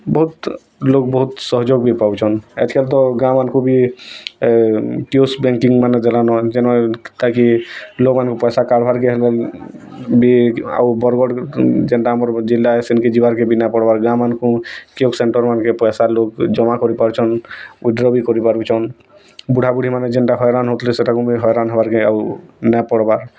ବହୁତ୍ ଲୋକ ବହୁତ୍ ସହଯୋଗ ବି ପାଉଛନ୍ ଆଜ୍ କାଲ୍ ତ ଗାଁମାନଙ୍କୁ ବି ପି ଓ ଏସ୍ ବ୍ୟାଙ୍କିଙ୍ଗ୍ମାନ ଦେଲାନ ଯେନ କା କି ଲୋକମାନଙ୍କୁ ପଇସା କର୍ବାର୍ କେ ହେବ ବି ଆଉ ବରଗଡ଼ ଯେନ୍ଟା ଆମର ଜିଲ୍ଲା ସେନ୍ କେ ଯିବାର୍ କେ ବିନା ପଡ଼୍ବାର ଗାଁମାନଙ୍କୁ କେଉଁ ସେଣ୍ଟରମାନଙ୍କେ ପଇସା ଲୋକ୍ ଜମା କରି ପରୁଛନ୍ ୱିଡ୍ର ବି କରିପାରୁଛନ୍ ବୁଢ଼ାବୁଢ଼ୀମାନେ ଯେନ୍ଟା ହଇରାଣ ହଉଥିଲେ ସେଇଟାକୁ ମୁଇଁ ହଇରାଣ ହେବାର୍ କେଁ ଆଉ ନା ପଡ଼୍ବାର୍